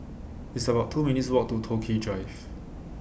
It's about two minutes' Walk to Toh Ki Drive